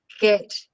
get